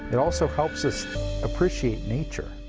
it also helps us appreciate nature.